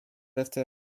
after